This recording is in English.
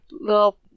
little